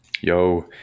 Yo